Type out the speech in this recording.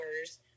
hours